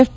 F